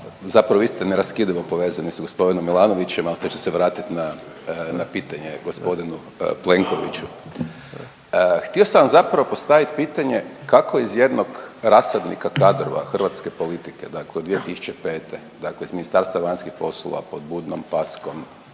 Zapravo vi ste neraskidivo povezani sa g. Milanovićem, ali sad ću se vratiti na pitanje g. Plenkoviću. Htio sam vam zapravo postaviti pitanje kako iz jednog rasadnika kadrova hrvatske politike dakle 2005., dakle iz Ministarstva vanjskih poslova pod budnom paskom